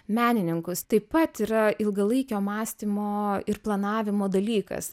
menininkus taip pat yra ilgalaikio mąstymo ir planavimo dalykas